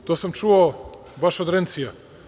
To sam čuo baš od Rencija.